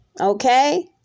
Okay